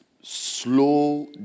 slow